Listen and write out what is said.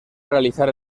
realizar